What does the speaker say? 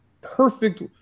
perfect